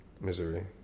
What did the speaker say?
Misery